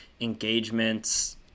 engagements